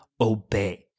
obey